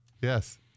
Yes